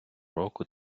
року